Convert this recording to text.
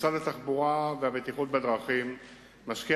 משרד התחבורה והבטיחות בדרכים משקיע